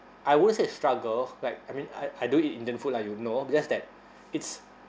I won't say struggle like I mean I I do eat indian food lah you know it's just that it's